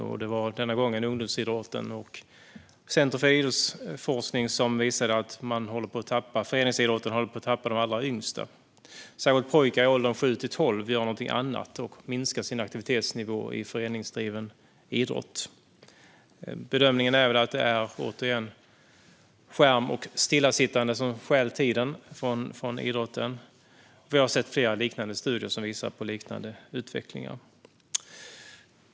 Det handlade denna gång om ungdomsidrotten - Centrum för idrottsforskning visade att föreningsidrotten håller på att tappa de allra yngsta. Särskilt pojkar i åldern 7-12 gör någonting annat och minskar sin aktivitetsnivå i föreningsdriven idrott. Bedömningen är att det - återigen - är skärmar och stillasittande som stjäl tid från idrotten. Vi har sett flera liknande studier som visar på en liknande utveckling.